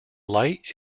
light